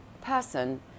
person